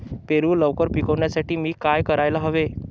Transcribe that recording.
पेरू लवकर पिकवण्यासाठी मी काय करायला हवे?